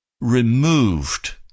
removed